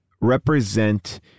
represent